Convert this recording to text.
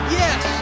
yes